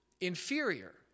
inferior